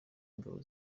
ingabo